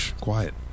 quiet